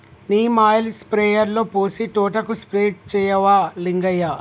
neem oil స్ప్రేయర్లో పోసి తోటకు స్ప్రే చేయవా లింగయ్య